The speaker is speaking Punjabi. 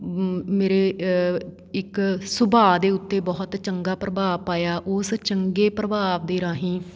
ਮ ਮੇਰੇ ਇੱਕ ਸੁਭਾਅ ਦੇ ਉੱਤੇ ਬਹੁਤ ਚੰਗਾ ਪ੍ਰਭਾਵ ਪਾਇਆ ਉਸ ਚੰਗੇ ਪ੍ਰਭਾਵ ਦੇ ਰਾਹੀਂ